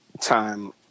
time